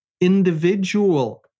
individual